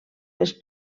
les